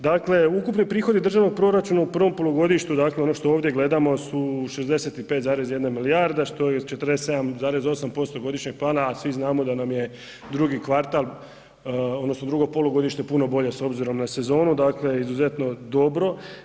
Dakle, ukupni prihodi državnog proračuna u prvom polugodištu ono što ovdje gledamo su 65,1 milijarda što je 47,8% godišnjeg plana, a svi znamo da nam je drugi kvartal odnosno drugo polugodište puno bolje s obzirom na sezonu izuzetno dobro.